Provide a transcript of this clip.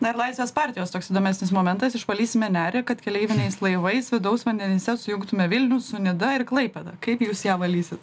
na ir laisvės partijos toks įdomesnis momentas išvalysime nerį kad keleiviniais laivais vidaus vandenyse sujungtume vilnių su nida ir klaipėda kaip jūs ją valysit